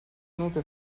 nutre